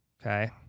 okay